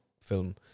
film